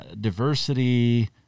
diversity